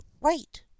right